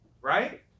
Right